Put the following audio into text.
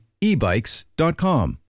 ebikes.com